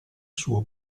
suo